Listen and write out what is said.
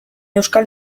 euskal